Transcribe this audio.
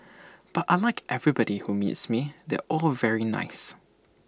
but I Like everybody who meets me they're all very nice